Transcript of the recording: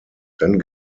dann